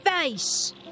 face